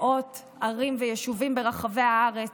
מאות ערים ויישובים ברחבי הארץ,